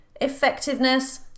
Effectiveness